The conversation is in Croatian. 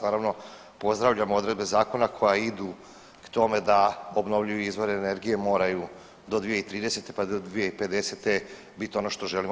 Naravno pozdravljam odredbe zakona koja idu k tome da obnovljivi izvori energije moraju do 2030., pa do 2050. biti ono što želimo.